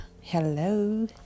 Hello